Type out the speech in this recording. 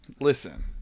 Listen